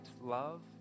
love